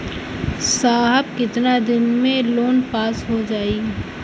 साहब कितना दिन में लोन पास हो जाई?